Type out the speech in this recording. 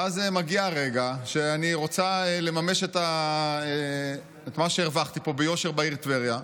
ואז מגיע הרגע שאני רוצה לממש את מה שהרווחתי פה ביושר בעיר טבריה,